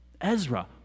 Ezra